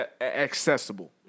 accessible